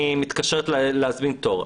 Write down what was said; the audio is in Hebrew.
אני מתקשרת להזמין תור,